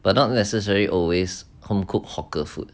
but not necessary always home cooked hawker food